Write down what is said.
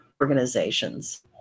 organizations